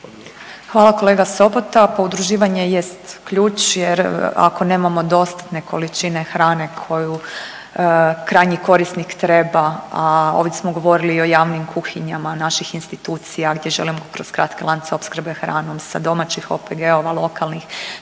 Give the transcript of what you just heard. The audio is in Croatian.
Hvala, kolega Sobota. Pa udruživanje jest ključ jer ako nemamo dostatne količine hranu koju krajnji korisnik treba, a ovdje smo govorili i o javnim kuhinjama naših institucija gdje želimo skratiti lance opskrbe hranom sa domaćih OPG-ova, lokalnih